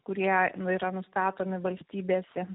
kurie nu yra nustatomi valstybėse